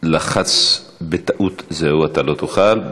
לחץ בטעות, זהו, אתה לא תוכל,